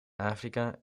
afrika